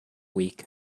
week